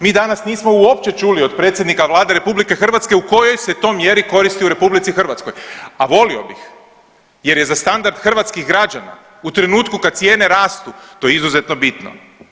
Mi danas nismo uopće čuli od predsjednika Vlade RH u kojoj se to mjeri koristi u RH, a volio bih jer je za standard hrvatskih građana u trenutku kad cijene raste, to je izuzetno bitno.